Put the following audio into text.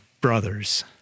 brothers